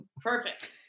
Perfect